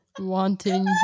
wanting